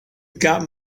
got